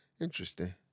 Interesting